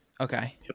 Okay